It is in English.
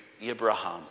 Abraham